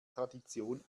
tradition